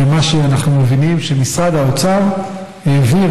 ומה שאנחנו מבינים זה שמשרד האוצר העביר